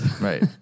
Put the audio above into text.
Right